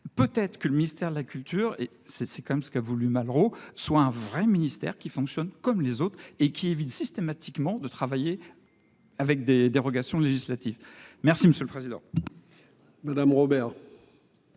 Peut-être que le ministère de la culture et c'est c'est quand même ce qu'a voulu Malraux soit un vrai ministère qui fonctionne comme les autres et qui évite systématiquement de travailler. Avec des dérogations législatif. Merci monsieur le président. Madame Robert.